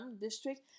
district